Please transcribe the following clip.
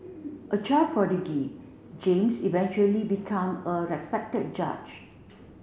a child prodigy James eventually become a respected judge